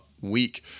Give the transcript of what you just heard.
week